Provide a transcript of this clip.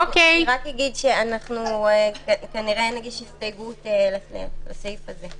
אנחנו כנראה נגיש הסתייגות לסעיף הזה.